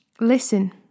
Listen